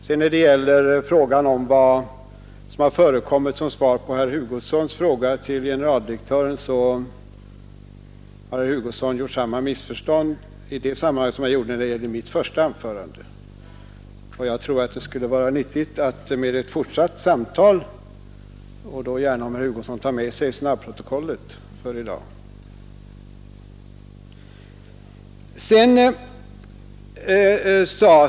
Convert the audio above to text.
Vad beträffar herr Hugossons fråga till generaldirektören om vad som förekommit vill jag säga att herr Hugosson har gjort samma misstag i det sammanhanget som han gjorde när det gällde mitt första anförande. Jag tror det skulle vara nyttigt med ett fortsatt samtal med herr Olhede — och då kan herr Hugosson gärna ta med sig snabbprotokollet för i dag.